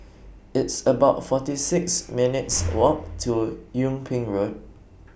It's about forty six minutes' Walk to Yung Ping Road